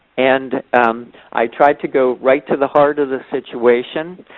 and i tried to go right to the heart of the situation.